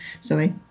Sorry